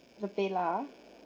the paylah